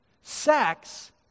Sex